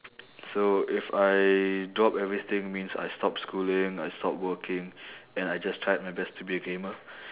so if I drop everything means I stop schooling I stop working and I just try my best to be a gamer